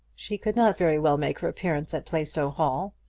she could not very well make her appearance at plaistow hall,